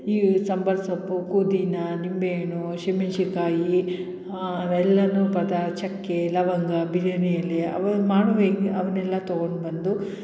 ಈ ಸಾಂಬಾರು ಸೊಪ್ಪು ಪುದೀನ ನಿಂಬೆಹಣ್ಣು ಹಸಿಮೆಣ್ಸಿನ್ಕಾಯಿ ಅವೆಲ್ಲವೂ ಪದ ಚಕ್ಕೆ ಲವಂಗ ಬಿರಿಯಾನಿ ಎಲೆ ಅವ ಮಾಡುವ ಹೀಗೆ ಅವನ್ನೆಲ್ಲ ತಗೊಂಡ್ಬಂದು